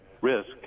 risk